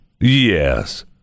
yes